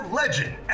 legend